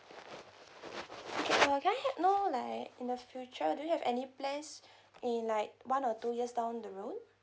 uh can I h~ know like in the future do you have any plans in like one or two years down the road